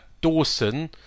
Dawson